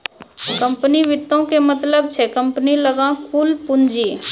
company वित्तो के मतलब छै कम्पनी लगां कुल पूंजी